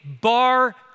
Bar